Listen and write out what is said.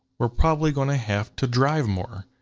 we're probably gonna have to drive more.